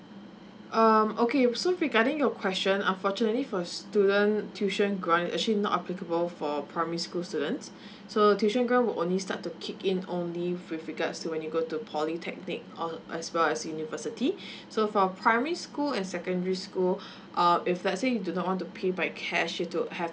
um okay so regarding your question unfortunately for student tuition grant actually not applicable for primary school students so tuition grant will only start to kick in only with regards to when you go to polytechnic or as well as university so for primary school and secondary school uh if let's say you do not want to pay by cash you'd to have